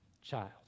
child